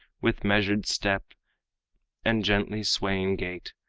with measured step and gently swaying gait,